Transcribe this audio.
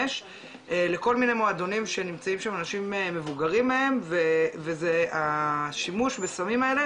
לכל מיני מועדונים שנמצאים שם אנשים מבוגרים מהם וזה השימוש בסמים האלה